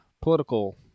political